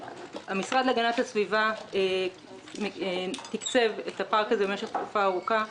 המשרד להגנת הסביבה תקצב את הפארק הזה במשך תקופה ארוכה.